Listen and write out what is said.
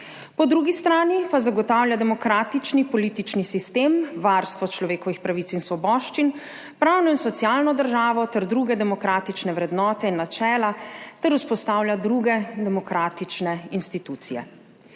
po drugi strani pa zagotavlja demokratični politični sistem, varstvo človekovih pravic in svoboščin, pravno in socialno državo ter druge demokratične vrednote in načela ter vzpostavlja druge demokratične institucije.